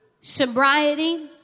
sobriety